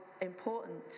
important